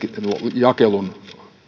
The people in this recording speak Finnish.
jakelun